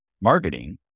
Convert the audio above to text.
marketing